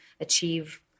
achieve